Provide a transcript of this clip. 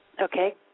Okay